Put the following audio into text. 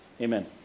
Amen